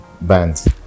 bands